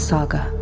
Saga